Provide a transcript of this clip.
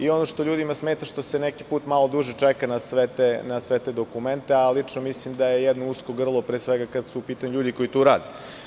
Ono što ljudima smeta je što se neki put malo duže čeka na sve te dokumente, ali mislim da je jedno usko grlo kada su u pitanju ljudi koji tu rade.